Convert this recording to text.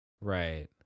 Right